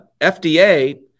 FDA